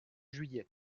juillet